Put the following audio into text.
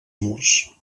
murs